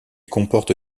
comporte